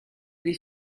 les